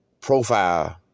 profile